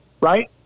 Right